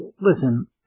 listen